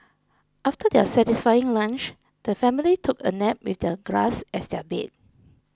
after their satisfying lunch the family took a nap with the grass as their bed